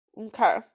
Okay